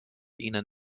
ihnen